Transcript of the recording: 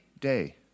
day